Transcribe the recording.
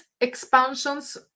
expansions